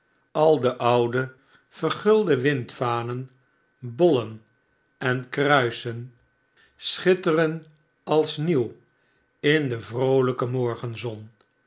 al de oude vergulde windvanen bollen en kruisen schitteren als nieuwin de vroolijke morgenzon